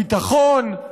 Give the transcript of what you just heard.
ביטחון,